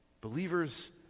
Believers